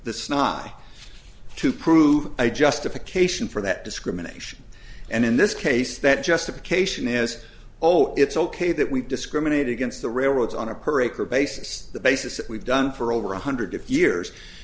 this is not to prove a justification for that discrimination and in this case that justification is oh it's ok that we discriminate against the railroads on a per acre basis the basis that we've done for over one hundred years